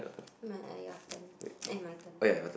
my uh your turn eh my turn